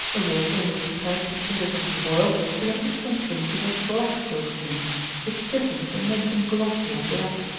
the water in which pared potatoes have been boiled, is an excellent thing to wash black silks in it stiffens, and makes them glossy and black.